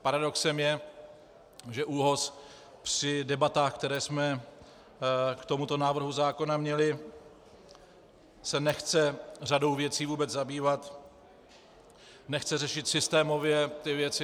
Paradoxem je, že ÚOHS při debatách, které jsme k tomuto návrhu zákona měli, se nechce řadou věcí vůbec zabývat, nechce řešit systémově ty věci.